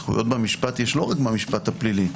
זכויות במשפט יש לא רק במשפט הפלילי,